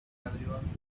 everyone